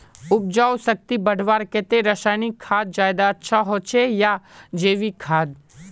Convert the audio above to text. उपजाऊ शक्ति बढ़वार केते रासायनिक खाद ज्यादा अच्छा होचे या जैविक खाद?